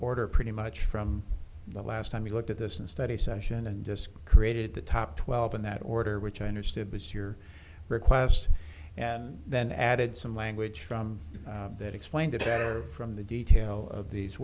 the order pretty much from the last time you looked at this and study session and created the top twelve in that order which i understood was your request and then added some language from that explained it better from the detail of these